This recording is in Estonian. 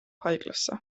haiglasse